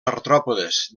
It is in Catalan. artròpodes